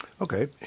Okay